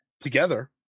together